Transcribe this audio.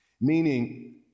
Meaning